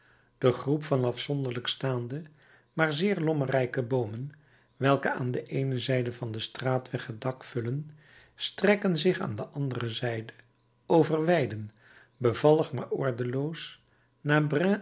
de groep van afzonderlijk staande maar zeer lommerrijke boomen welke aan de eene zijde van den straatweg het dak vullen strekken zich aan de andere zijde over weiden bevallig maar ordeloos